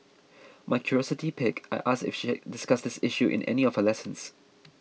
my curiosity piqued I asked if she had discussed this issue in any of her lessons